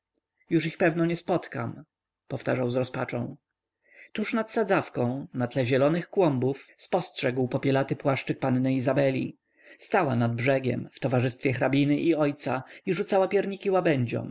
już ich pewno nie spotkam powtarzał z rozpaczą tuż nad sadzawką na tle zielonych kląbów spostrzegł popielaty płaszczyk panny izabeli stała nad brzegiem w towarzystwie hrabiny i ojca i rzucała pierniki łabędziom